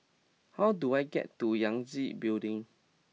how do I get to Yangtze Building